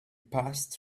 passed